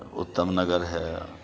اُتّم نگر ہے